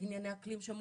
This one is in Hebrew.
לענייני אקלים שמוקמת,